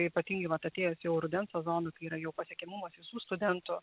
tai ypatingai vat atėjęs jau rudens sezonas tai yra jau pasiekiamumas visų studentų